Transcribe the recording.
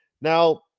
now